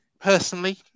personally